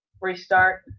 restart